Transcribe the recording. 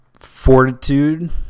fortitude